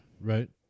Right